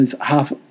half